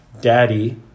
daddy